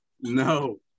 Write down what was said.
No